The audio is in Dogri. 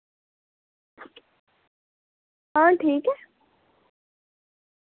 हां ठीक ऐ